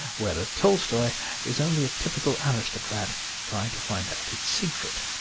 whereas tolstoy is only a typical aristocrat trying to find out its secret.